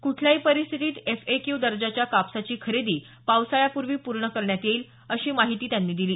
कुठल्याही परिस्थितीत एफएक्यू दर्जाच्या कापसाची खो़दी पावसाळ्यापूर्वी पूर्ण करण्यात येईल अशी माहिती त्यांनी यावेळी दिली